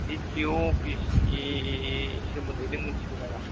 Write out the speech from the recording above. दि T O office नि सोमोन्दै नों मिथिगौ नामा